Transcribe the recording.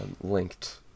linked